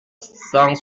cent